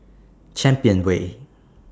Champion Way